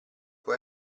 può